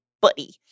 buddy